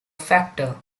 factor